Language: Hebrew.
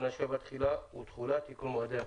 התקנה); 3. תקנה 7 (תחילה ותחולה תיקון מועדי התחילה).